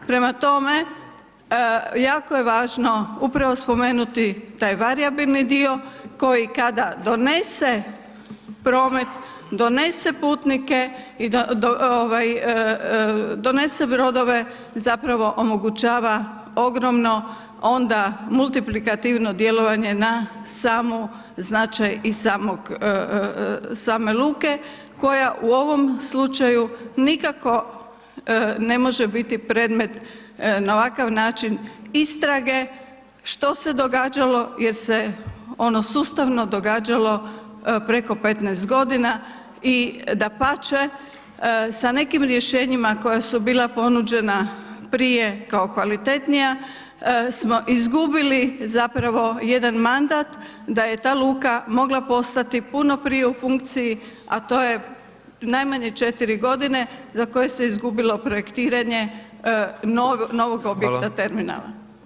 Prema tome, jako je važno upravo spomenuti taj varijabilni dio koji kada donese promet, donese putnike, donese brodove zapravo omogućava ogromno onda multiplikativno djelovanje na sam značaj i same koja u ovom slučaju nikako ne može biti predmet na ovakav način istrage, što se događalo jer se ono sustavno događalo preko 15 g. i dapače, sa nekim rješenjima koja su bila ponuđena prije kao kvalitetnija smo izgubili zapravo jedan mandat da je ta luka mogla postati puno prije u funkciji a to je najmanje 4 g. za koje se izgubilo projektiranje novog objekta terminala.